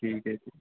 ठीक है फिर